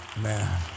man